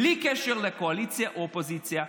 בלי קשר לקואליציה אופוזיציה.